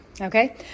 Okay